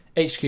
HQ